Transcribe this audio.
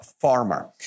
farmer